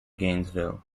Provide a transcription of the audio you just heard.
gainesville